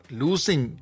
losing